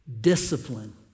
Discipline